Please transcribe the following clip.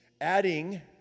Adding